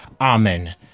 Amen